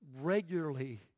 regularly